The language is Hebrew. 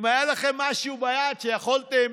אם היה לכם משהו ביד שיכולתם